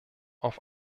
auf